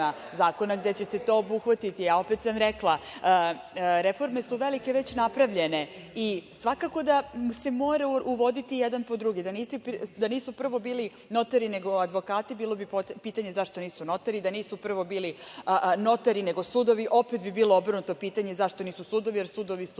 zakona, gde će se to obuhvatiti, a opet sam rekla, reforme velike su već napravljene i svakako da se mora uvoditi jedan po drugi, da nisu prvo bili notari nego advokati, bilo bi pitanje zašto nisu notari, da nisu prvo bili notari nego sudovi, opet bi bilo obrnuto pitanje zašto nisu sudovi, jer sudovi su